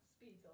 speeds